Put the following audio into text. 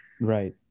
right